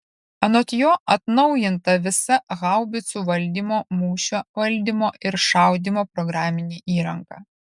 anot jo atnaujinta visa haubicų valdymo mūšio valdymo ir šaudymo programinė įranga